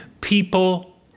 People